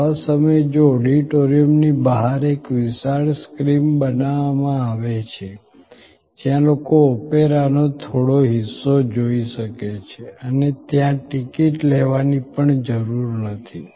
તો આવા સમયે જો ઓડિટોરિયમ ની બહાર એક વિશાળ સ્ક્રીન બનાવમાં આવે છે જ્યાં લોકો ઓપેરા નો થોડો હિસ્સો જોઈ શકે છે અને ત્યાં ટિકિટ લેવાની પણ જરૂર નથી